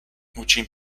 موچین